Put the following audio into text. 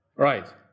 Right